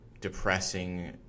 depressing